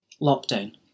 Lockdown